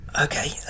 okay